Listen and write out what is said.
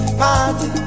party